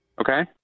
Okay